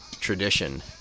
tradition